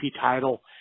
title